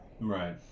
Right